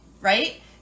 right